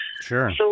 Sure